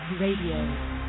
Radio